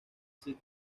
sid